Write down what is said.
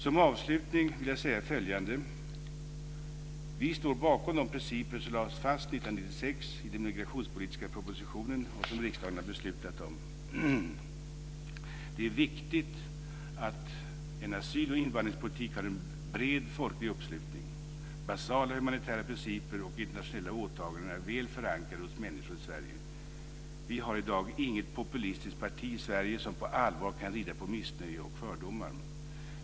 Som avslutning vill jag säga följande: Vi står bakom de principer som lades fast 1996 i den migrationspolitiska propositionen och som riksdagen har beslutat om. Det är viktigt att en asyl och invandringspolitik har en bred, folklig uppslutning. Basala humanitära principer och internationella åtaganden är väl förankrade hos människor i Sverige. Vi har i dag inget populistiskt parti i Sverige som på allvar kan rida på missnöje och fördomar.